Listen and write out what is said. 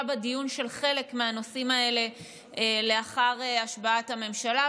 בדיון על חלק מהנושאים האלה לאחר השבעת הממשלה,